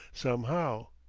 somehow.